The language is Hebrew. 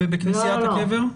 ובכנסיית הקבר?